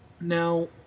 Now